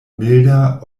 milda